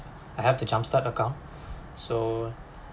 I have the jumpstart account so